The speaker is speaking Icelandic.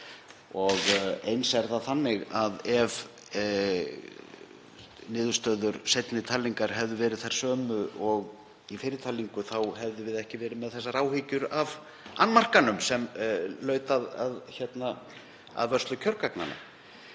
Eins er það þannig að ef niðurstöður seinni talningar hefðu verið þær sömu og í fyrri talningu þá hefðum við ekki verið með þessar áhyggjur af annmarkanum sem laut að vörslu kjörgagna.